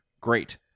Great